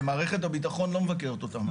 ומערכת הביטחון לא מבקרת אותם?